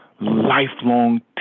lifelong